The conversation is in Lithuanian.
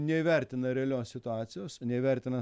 neįvertina realios situacijos neįvertina